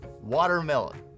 Watermelon